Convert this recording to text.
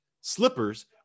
Slippers